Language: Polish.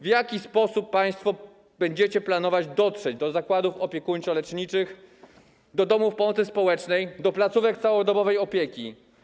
W jaki sposób państwo będziecie chcieli dotrzeć do zakładów opiekuńczo-leczniczych, do domów pomocy społecznej, do placówek całodobowej opieki?